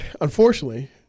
Unfortunately